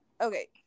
Okay